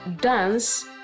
dance